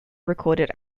recorded